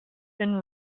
been